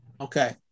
Okay